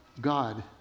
God